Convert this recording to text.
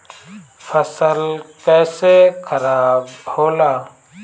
फसल कैसे खाराब होला?